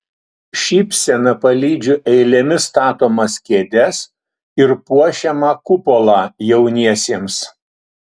šypsena palydžiu eilėmis statomas kėdes ir puošiamą kupolą jauniesiems